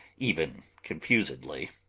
even confusedly.